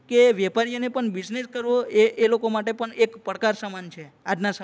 કે વેપારીઓને પણ બિઝનેસ કરવો એ એ લોકો માટે પણ એક પડકાર સમાન છે આજના સમયમાં